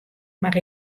mar